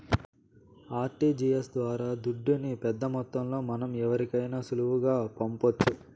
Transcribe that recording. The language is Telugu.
ఆర్టీజీయస్ ద్వారా దుడ్డుని పెద్దమొత్తంలో మనం ఎవరికైనా సులువుగా పంపొచ్చు